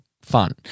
fun